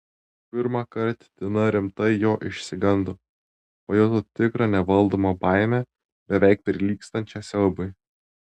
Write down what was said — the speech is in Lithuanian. pirmąkart tina rimtai jo išsigando pajuto tikrą nevaldomą baimę beveik prilygstančią siaubui